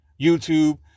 YouTube